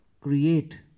create